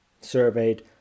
surveyed